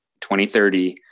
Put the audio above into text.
2030